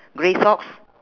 grey socks